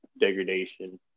degradation